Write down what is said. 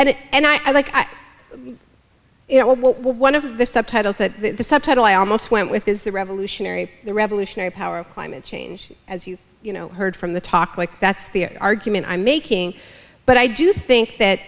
and and i like it when one of the subtitles that the subtitle i almost went with is the revolutionary the revolutionary power of climate change as you you know heard from the talk like that's the argument i'm making but i do think that